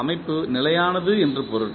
அமைப்பு நிலையானது என்று பொருள்